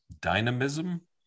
dynamism